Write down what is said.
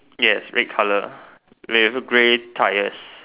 yes red color with grey tires